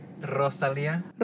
Rosalia